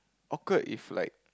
awkward if like